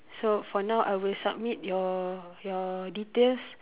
so for now I will submit your your details